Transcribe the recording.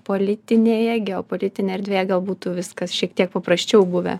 politinėje geopolitinėje erdvėje gal būtų viskas šiek tiek paprasčiau buvę